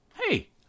Hey